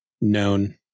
known